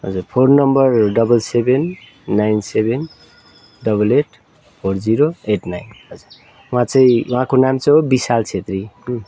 हजुर phone number double seven nine seven double eight four zero eight nine हजुर उहाँ चाहिँ उहाँको नाम चाहिँ हो विशाल छेत्री